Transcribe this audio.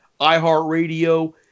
iHeartRadio